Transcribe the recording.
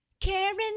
Karen